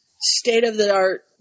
state-of-the-art